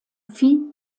vieh